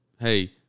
hey